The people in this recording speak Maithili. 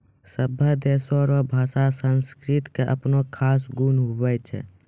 सभै देशो रो भाषा संस्कृति के अपनो खास गुण हुवै छै